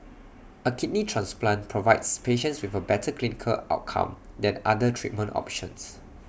A kidney transplant provides patients with A better clinical outcome than other treatment options